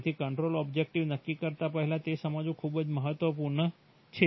તેથી control objectives નક્કી કરતા પહેલા તે સમજવું ખૂબ જ મહત્વપૂર્ણ છે